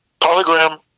Polygram